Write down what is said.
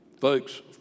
Folks